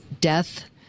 death